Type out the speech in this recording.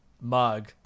mug